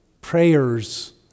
prayers